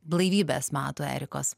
blaivybės metų erikos